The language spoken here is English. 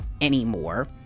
anymore